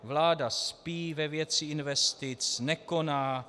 Vláda spí ve věci investic, nekoná.